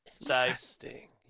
Interesting